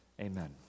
amen